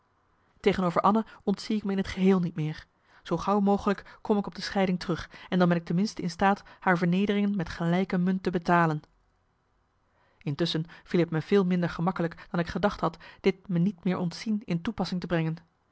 tegenover anna ontzie ik me in t geheel niet meer zoo gauw mogelijk kom ik op de scheiding terug marcellus emants een nagelaten bekentenis en dan ben ik ten minste in staat haar vernederingen met gelijke munt te betalen intusschen viel t me veel minder gemakkelijk dan ik gedacht had dit me niet meer ontzien in toepassing te brengen